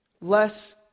less